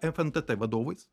fntt vadovais